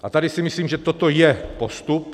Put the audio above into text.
A tady si myslím, že toto je postup.